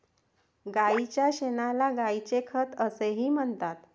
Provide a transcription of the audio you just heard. गायीच्या शेणाला गायीचे खत असेही म्हणतात